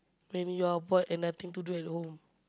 when you are bored and nothing to do at home